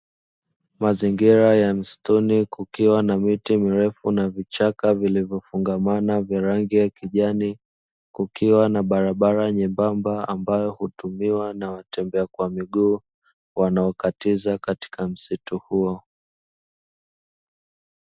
Mazingira ya msituni kukiwa na miti mirefu na vichaka vilivyofungamana vya rangi ya kijani, kukiwa na barabara nyembamba ambayo hutumiwa na watembea kwa miguu wanaokatiza katika msitu huo.